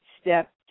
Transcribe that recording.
step